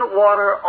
water